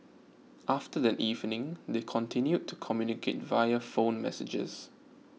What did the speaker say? after that evening they continued to communicate via phone messages